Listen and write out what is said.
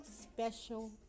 special